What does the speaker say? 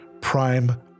prime